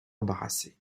embarrassée